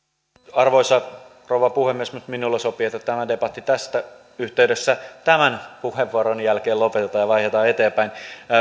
arvoisa rouva puhemies minulle sopii että tämä debatti tässä yhteydessä tämän puheenvuoron jälkeen lopetetaan ja vaihdetaan eteenpäin